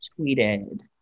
Tweeted